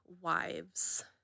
wives